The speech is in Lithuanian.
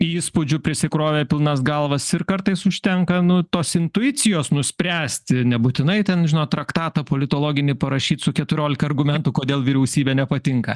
įspūdžių prisikrovė pilnas galvas ir kartais užtenka nu tos intuicijos nuspręsti nebūtinai ten žinot traktatą politologinį parašyt su keturiolika argumentų kodėl vyriausybė nepatinka